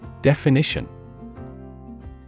Definition